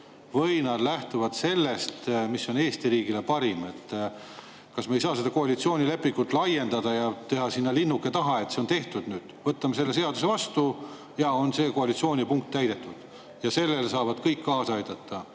või nad lähtuvad sellest, mis on Eesti riigile parim? Kas me ei saa seda koalitsioonilepingut laiendada ja teha sinna linnukese taha, et see on nüüd tehtud? Võtame selle seaduse vastu ja see koalitsiooni[lepingu] punkt ongi täidetud. Sellele saavad kõik kaasa aidata